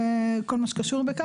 כל מה שקשור בכך.